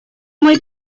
мой